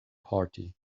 party